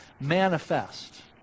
manifest